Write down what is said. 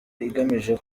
igamije